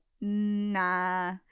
Nah